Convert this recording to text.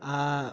आ